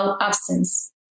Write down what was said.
absence